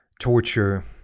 torture